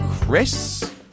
Chris